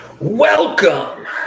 Welcome